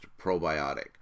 probiotic